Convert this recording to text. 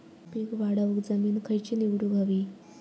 पीक वाढवूक जमीन खैची निवडुक हवी?